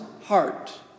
heart